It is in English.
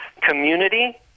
community